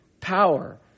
power